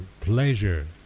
pleasure